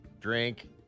drink